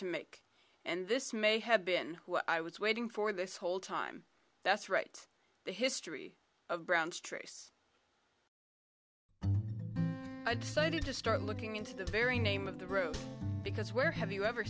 to make and this may have been what i was waiting for this whole time that's right the history of brown's trace i decided to start looking into the very name of the road because where have you ever